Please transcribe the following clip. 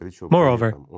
Moreover